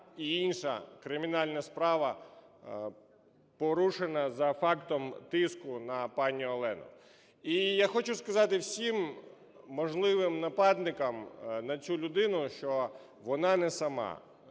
і інша кримінальна справа, порушена за фактом тиску на пані Олену. І я хочу сказати всім можливим нападникам на цю людину, що вона не сама,